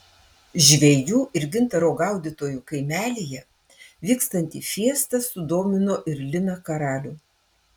žvejų ir gintaro gaudytojų kaimelyje vykstanti fiesta sudomino ir liną karalių